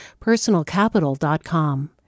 personalcapital.com